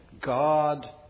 God